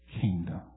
kingdom